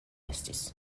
estis